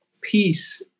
peace